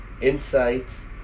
insights